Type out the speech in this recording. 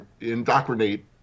indoctrinate